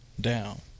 Down